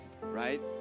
right